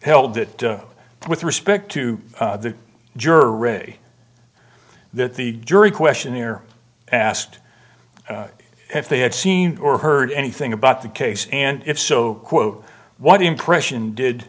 held that with respect to the juror re that the jury questionnaire asked if they had seen or heard anything about the case and if so quote what impression did